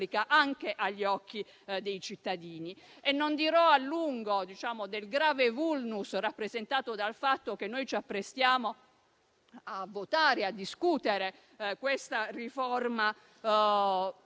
anche agli occhi dei cittadini. Non dirò a lungo del grave *vulnus* rappresentato dal fatto che noi ci apprestiamo a votare e a discutere questa riforma in